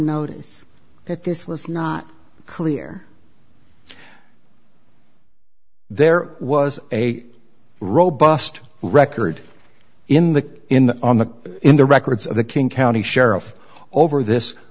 notice that this was not clear there was a robust record in the in the on the in the records of the king county sheriff over this